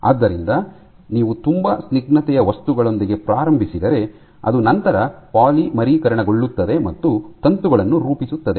ಆದ್ದರಿಂದ ನೀವು ತುಂಬಾ ಸ್ನಿಗ್ಧತೆಯ ವಸ್ತುಗಳೊಂದಿಗೆ ಪ್ರಾರಂಭಿಸಿದರೆ ಅದು ನಂತರ ಪಾಲಿಮರೀಕರಣಗೊಳ್ಳುತ್ತದೆ ಮತ್ತು ತಂತುಗಳನ್ನು ರೂಪಿಸುತ್ತದೆ